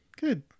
good